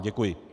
Děkuji.